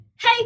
hey